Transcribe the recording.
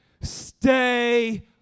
Stay